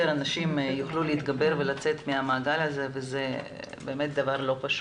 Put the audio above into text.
אנשים יוכלו להתגבר ולצאת מהמעגל הזה וזה באמת דבר לא פשוט.